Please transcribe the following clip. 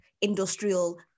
industrial